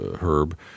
Herb